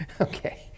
Okay